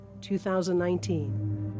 2019